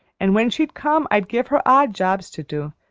and when she'd come i'd give her odd jobs to do,